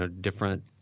different